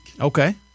Okay